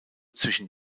zwischen